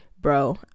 bro